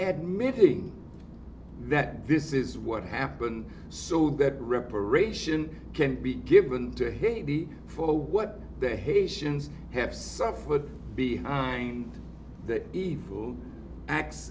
admitting that this is what happened so that reparation can be given to haiti for what the haitians have suffered behind that e